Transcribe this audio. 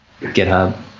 GitHub